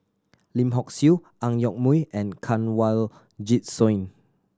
Lim Hock Siew Ang Yoke Mooi and Kanwaljit Soin